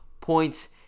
points